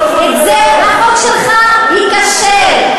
בזה החוק שלך ייכשל.